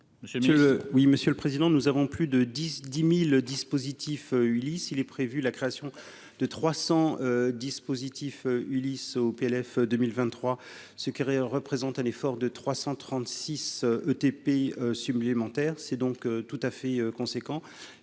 monsieur le président, nous avons plus de dix 10000 dispositif Ulysse, il est prévu la création de 300 dispositif Ulysse au PLF 2023, ce qui représente un effort de 336 ETP supplémentaires, c'est donc tout à fait conséquents